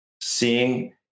seeing